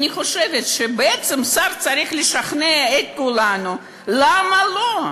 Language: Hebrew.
אני חושבת שבעצם השר צריך לשכנע את כולנו למה לא.